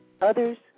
Others